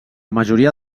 majoria